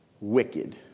wicked